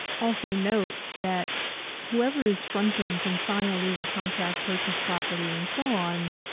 also note that whoever is fronting can sign a legal contract, purchase property and so on,